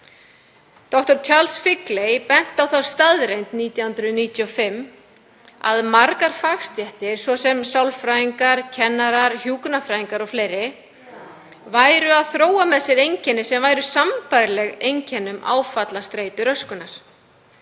Dr. Charles Figley benti á þá staðreynd 1995 að margar fagstéttir, svo sem sálfræðingar, kennarar, hjúkrunarfræðingar og fleiri, væru að þróa með sér einkenni, sem væru sambærileg einkennum áfallastreituröskunar,